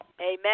Amen